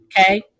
Okay